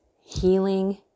healing